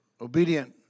obedient